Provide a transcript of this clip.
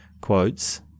quotes